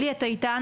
אלי, אתה אתנו?